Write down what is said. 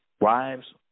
Wives